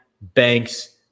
Banks